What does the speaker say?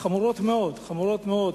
חמורות מאוד, חמורות מאוד.